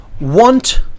want